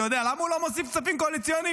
אתה יודע למה הוא לא מוסיף כספים קואליציוניים?